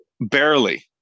Barely